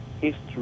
history